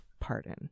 pardon